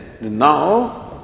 now